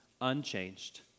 unchanged